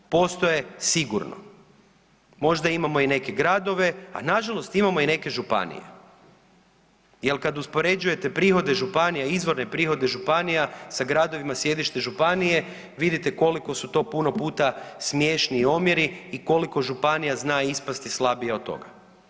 Postoje sigurno, možda imamo i neke gradove, a nažalost imamo i neke županije jel kad uspoređujete prihode županija izvorne prihode županija sa gradovima sjedišta županije vidite koliko su to puna puta smiješni omjeri i koliko županija zna ispasti slabija od toga.